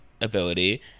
ability